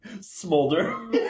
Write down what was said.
Smolder